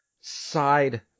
side